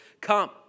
come